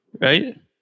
right